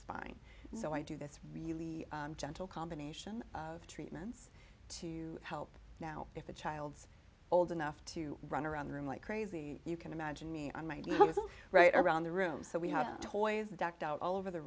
spine so i do this really gentle combination of treatments to help now if a child's old enough to run around the room like crazy you can imagine me on my own is all right around the room so we have toys ducked out all over the